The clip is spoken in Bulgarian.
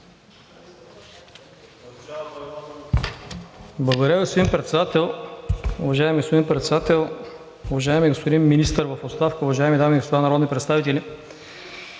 Благодаря, господин Председател. Уважаеми господин Председател, уважаеми господин Министър в оставка, уважаеми дами и господа народни представители!